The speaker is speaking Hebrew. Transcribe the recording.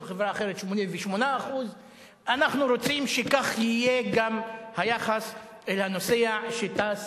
של חברה אחרת 88% אנחנו רוצים שכך יהיה גם היחס לנוסע שטס